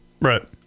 Right